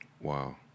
Wow